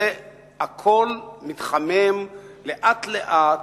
הכול מתחמם לאט-לאט,